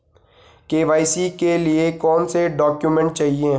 KYC के लिए कौनसे डॉक्यूमेंट चाहिये?